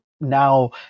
now